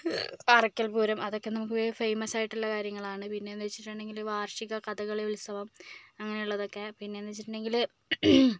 അറക്കൽപുരം അതൊക്കെ നമുക്ക് ഫേമസായിട്ടൊള്ള കാര്യങ്ങളാണ് പിന്നേന്ന് വെച്ചിട്ടുണ്ടെങ്കില് വാർഷിക കഥകളി ഉത്സവം അങ്ങനുള്ളതൊക്കെ പിന്നേന്ന് വെച്ചിട്ടുണ്ടെങ്കില്